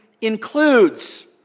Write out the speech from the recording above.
includes